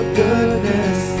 goodness